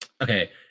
okay